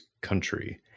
country